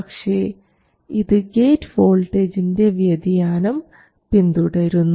പക്ഷേ ഇത് ഗേറ്റ് വോൾട്ടേജിൻറെ വ്യതിയാനം പിന്തുടരുന്നു